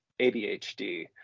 ADHD